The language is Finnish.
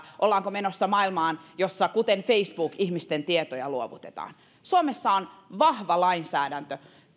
ollaanko menossa maailmaan jossa ihmisten tietoja luovutetaan kuten facebook teki suomessa on vahva lainsäädäntö